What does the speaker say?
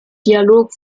dialog